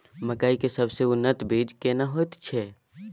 मकई के सबसे उन्नत बीज केना होयत छै?